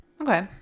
Okay